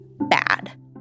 bad